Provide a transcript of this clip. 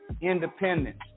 independence